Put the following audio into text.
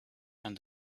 and